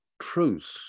truth